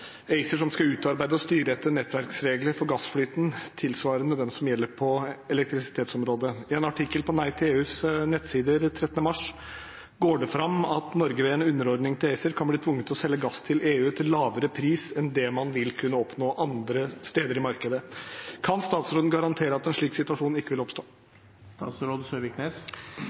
som følger: «Jan R. Steinholt skriver 13. mars i en artikkel på neitileu.no at energibyrået ACER «skal utarbeide og styre etter nettverksregler for gassflyten tilsvarende dem som gjelder på elektrisitetsområdet». Det går også frem av artikkelen at Norge ved en underordning til ACER kan bli tvunget til å selge gass til EU til lavere pris enn man ville kunne oppnå andre steder. Kan utenriksministeren garantere at en slik situasjon aldri vil oppstå?»